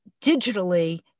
digitally